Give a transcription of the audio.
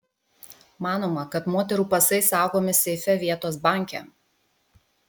manoma kad moterų pasai saugomi seife vietos banke